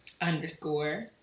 underscore